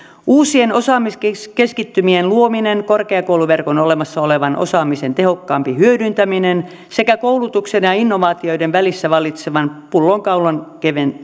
uusien osaamiskeskittymien luominen korkeakouluverkon olemassa olevan osaamisen tehokkaampi hyödyntäminen sekä koulutuksen ja ja innovaatioiden välissä vallitsevan pullonkaulan